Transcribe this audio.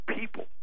people